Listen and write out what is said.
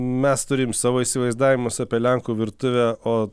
mes turim savo įsivaizdavimus apie lenkų virtuvę o